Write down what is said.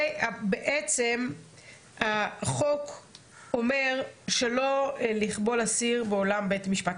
הדר, החוק אומר שלא לכבול עצור באולם בית משפט.